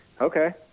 Okay